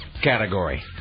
category